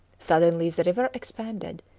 suddenly the river expanded,